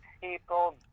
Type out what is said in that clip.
people